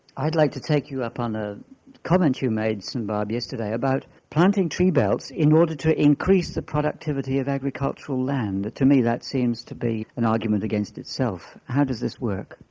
i'd like to take you up on a comment you made, st barbe, yesterday about planting tree belts in order to increase the productivity of agricultural land. to me that seems to be an argument against itself. how does this work?